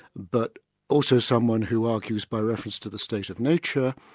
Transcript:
but also someone who argues by reference to the state of nature,